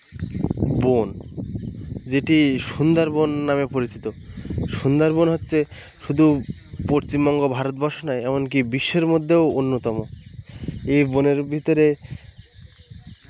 বন যেটি সুন্দরবন নামে পরিচিত সুন্দরবন হচ্ছে শুদু পশ্চিমবঙ্গ ভারতবর্ষ নয় এমনকি বিশ্বের মধ্যেও অন্যতম এ বনের ভিতরে